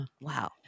Wow